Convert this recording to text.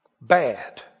Bad